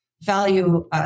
value